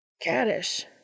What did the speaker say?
Caddish